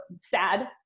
SAD